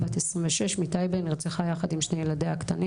בת 26 מטייבה נרצחה יחד עם שני ילדיה הקטנים